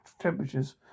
temperatures